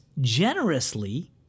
generously